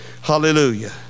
Hallelujah